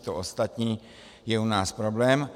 To ostatní je u nás problém.